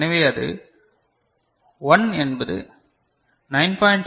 எனவே அது 1 என்பது 9